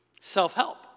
Self-help